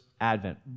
advent